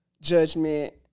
judgment